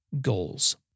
goals